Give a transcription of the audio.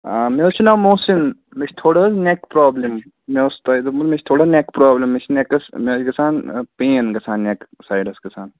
آ مےٚ حظ چھُ ناو موسِن مےٚ چھِ تھوڑا حظ نٮ۪ک پرٛابلِم مےٚ اوس تۄہہِ دوٚپمُت مےٚ چھُ تھوڑا نٮ۪ک پرٛابلِم مےٚ چھِ نٮ۪کَس مےٚ حظ چھِ گژھان پین گژھان نٮ۪ک سایڈَس گژھان